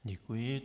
Děkuji.